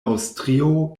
aŭstrio